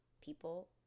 people